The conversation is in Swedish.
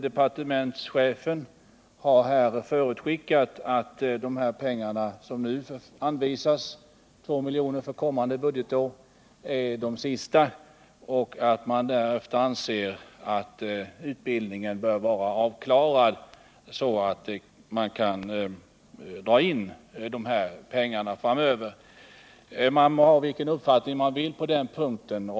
Departementschefen har i propositionen förutskickat att de pengar som nu anvisas — 2 milj.kr. för kommande budgetår — är de sista och att han anser att utbildningen därefter bör vara avklarad, så att man framöver kan dra in dessa pengar. Man må ha vilken uppfattning man vill på den punkten.